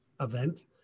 event